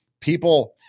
People